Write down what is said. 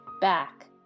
back